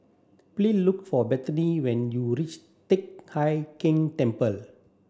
please look for Bethany when you reach Teck Hai Keng Temple